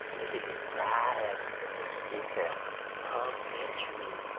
look at this product. it's a pump sentry.